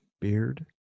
beard